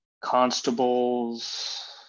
constables